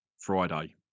Friday